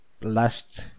last